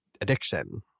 addiction